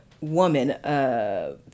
woman